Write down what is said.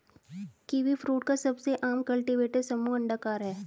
kiwifruit का सबसे आम कल्टीवेटर समूह अंडाकार है